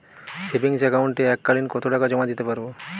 Savings একাউন্টে এক কালিন কতটাকা জমা দিতে পারব?